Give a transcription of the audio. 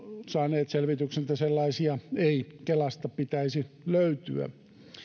saaneet selvityksen että sellaisia ei kelasta pitäisi löytyä